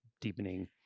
deepening